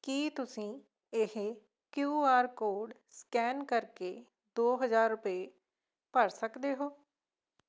ਕੀ ਤੁਸੀਂਂ ਇਹ Q R code scan ਕਰ ਕੇ ਦੋ ਹਜ਼ਾਰ ਰੁਪਏ ਭਰ ਸਕਦੇ ਹੋ